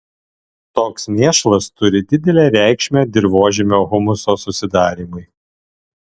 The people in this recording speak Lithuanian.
toks mėšlas turi didelę reikšmę dirvožemio humuso susidarymui